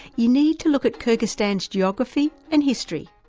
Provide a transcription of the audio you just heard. you need to look at kyrgyzstan's geography and history.